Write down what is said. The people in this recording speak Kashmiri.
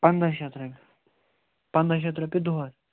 پَنٛداہ شتھ رۄپیہِ پَنٛداہ شتھ رۄپیہِ دۅہَس